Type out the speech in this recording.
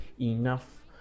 enough